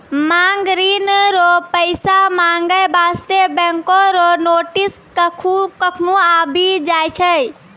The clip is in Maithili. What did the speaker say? मांग ऋण रो पैसा माँगै बास्ते बैंको रो नोटिस कखनु आबि जाय छै